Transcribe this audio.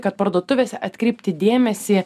kad parduotuvėse atkreipti dėmesį